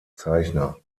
zeichner